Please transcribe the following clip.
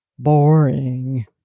Boring